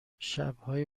شبهای